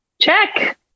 Check